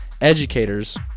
educators